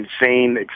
insane